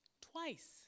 twice